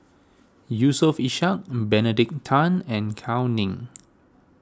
Yusof Ishak Benedict Tan and Gao Ning